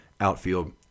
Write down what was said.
outfield